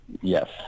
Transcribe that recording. yes